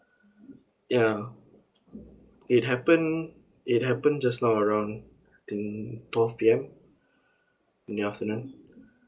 ya it happened it happened just now around in twelve P_M in the afternoon